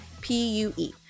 P-U-E